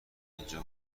اینجا